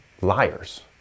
liars